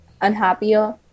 unhappier